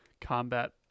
combat